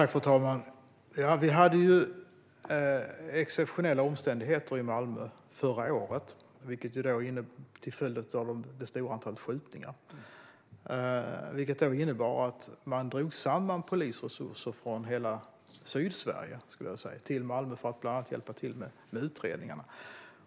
Fru talman! Vi hade exceptionella omständigheter i Malmö förra året till följd av det stora antalet skjutningar. Det innebar att man drog samman polisresurser från hela Sydsverige till Malmö för att bland annat hjälpa till med utredningarna.